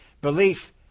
belief